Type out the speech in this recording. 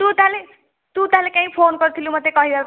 ତୁ ତାହେଲେ ତୁ ତାହେଲେ କାଇଁ ଫୋନ କରିଥିଲୁ ମୋତେ କହିବା ପାଇଁ